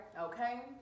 Okay